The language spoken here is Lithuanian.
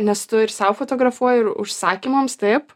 nes tu ir sau fotografuoji ir užsakymams taip